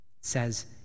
says